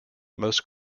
most